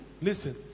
Listen